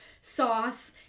sauce